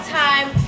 time